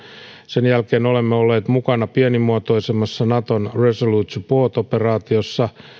sen jälkeen olemme olleet mukana pienimuotoisemmassa naton resolute support operaatiossa